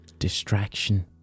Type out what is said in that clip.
distraction